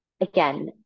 again